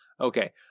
Okay